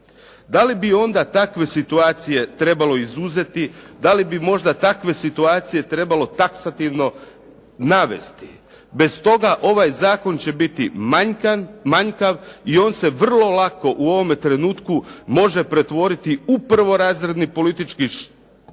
Da li bi onda takve situacije trebalo izuzeti, da li bi možda takve situacije trebalo taksativno navesti. Bez toga ovaj zakon će biti manjkav i on se vrlo lako u ovome trenutku može pretvoriti u prvorazredni politički čin